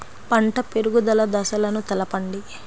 పంట పెరుగుదల దశలను తెలపండి?